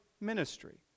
ministry